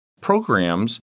programs